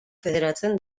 federatzen